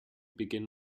begin